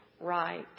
right